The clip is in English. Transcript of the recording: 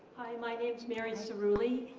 my name's mary suroli.